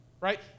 right